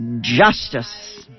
justice